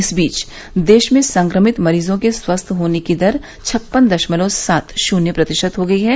इस बीच देश में संक्रिमत मरीजों के स्वस्थ होने की दर छप्पन दशमलव सात शून्य प्रतिशत हो गई है